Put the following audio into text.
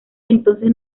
entonces